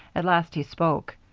at last he spoke